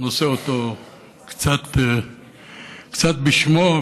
נושא אותו קצת בשמו,